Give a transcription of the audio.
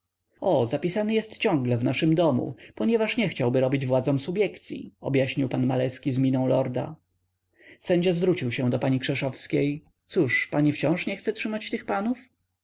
o zapisany jest ciągle w naszym domu ponieważ nie chciałby robić władzom subiekcyi objaśnił pan maleski z miną lorda sędzia zwrócił się do pani krzeszowskiej cóż pani wciąż nie chce trzymać tych panów